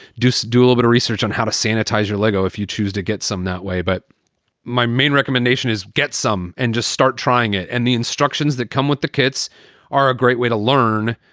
just doing a bit of research on how to sanitize your lego if you choose to get some that way. but my main recommendation is get some. and just start trying it. and the instructions that come with the kits are a great way to learn,